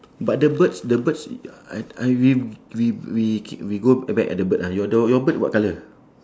but the birds the birds uh I I we we we ke~ we go b~ back at the bird ah your the your bird what colour